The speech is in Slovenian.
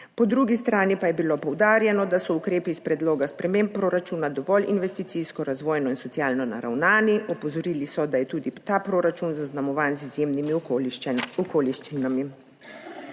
Po drugi strani pa je bilo poudarjeno, da so ukrepi iz predloga sprememb proračuna dovolj investicijsko, razvojno in socialno naravnani. Opozorili so, da je tudi ta proračun zaznamovan z izjemnimi okoliščinami.